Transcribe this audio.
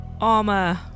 Armor